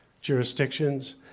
jurisdictions